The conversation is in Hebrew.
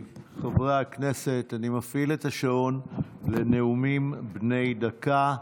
חברי הכנסת, אני מפעיל את השעון לנאומים בני דקה.